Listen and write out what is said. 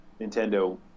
nintendo